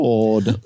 Lord